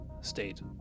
state